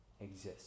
exist